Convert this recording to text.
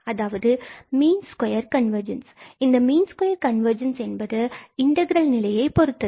அதாவது mean square convergence இந்த mean square convergence என்பது இன்டகிரல் நிலையை பொறுத்தது